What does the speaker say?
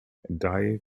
dai